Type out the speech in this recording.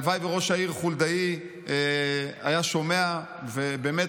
הלוואי שראש העיר חולדאי היה שומע ובאמת